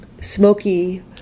smoky